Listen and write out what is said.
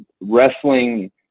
wrestling